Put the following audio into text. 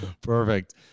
Perfect